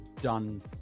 done